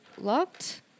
locked